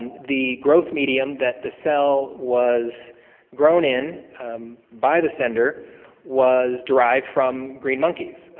and the growth medium that the cell was grown in by the sender was derived from green monkeys.